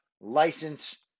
license